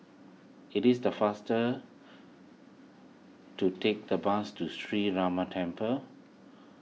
it is the faster to take the bus to Sree Ramar Temple